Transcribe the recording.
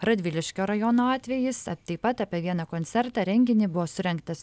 radviliškio rajono atvejis taip pat apie vieną koncertą renginį buvo surengtas